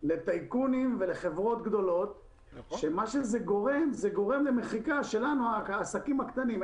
לטייקונים ולחברות גדולות וזה גורם למחיקת העסקים הקטנים.